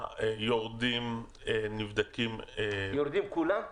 הם יורדים, נבדקים -- יורדים כולם?